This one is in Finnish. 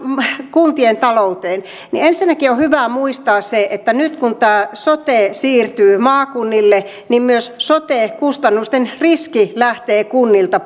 kuntien talouteen ensinnäkin on hyvä muistaa se että nyt kun tämä sote siirtyy maakunnille niin myös sote kustannusten riski lähtee kunnilta